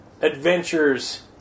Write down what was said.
adventures